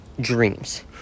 dreams